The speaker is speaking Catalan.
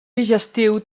digestiu